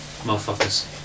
motherfuckers